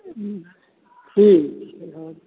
हुँ ठीक छै